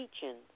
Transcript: teaching